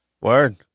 Word